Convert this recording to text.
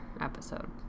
episode